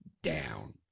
down